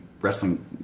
wrestling